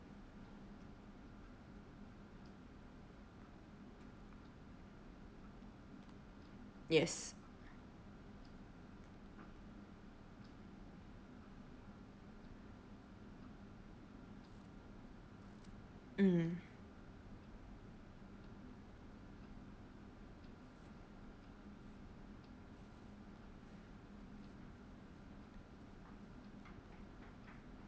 yes mm